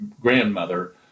grandmother